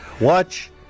watch